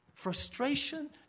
Frustration